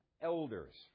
elders